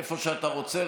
איפה שאתה רוצה,